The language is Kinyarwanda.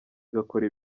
igakora